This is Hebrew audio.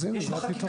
אז הנה, זה הפתרון.